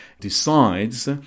decides